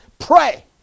Pray